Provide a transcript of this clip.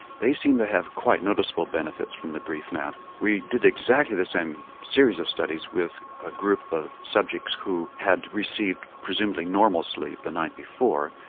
they seemed to have quite noticeable benefits from the brief nap. we did exactly the same series of studies with a group of subjects who had received presumably normal sleep the night before,